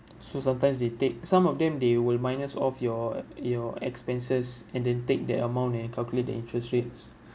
so sometimes they take some of them they will minus off your uh your expenses and then take that amount and calculate the interest rates